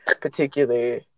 particular